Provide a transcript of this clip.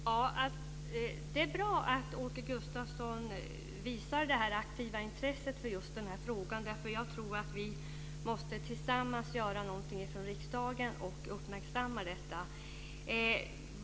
Fru talman! Det är bra att Åke Gustavsson visar ett aktivt intresse för just den här frågan. Jag tror att vi måste tillsammans göra någonting från riksdagen och uppmärksamma detta.